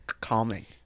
calming